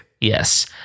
Yes